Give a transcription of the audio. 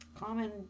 common